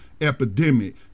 epidemic